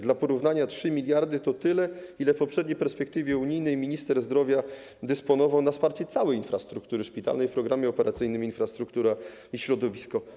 Dla porównania 3 mld to tyle, ile w poprzedniej perspektywie unijnej minister zdrowia miał na wsparcie całej infrastruktury szpitalnej w Programie Operacyjnym „Infrastruktura i środowisko”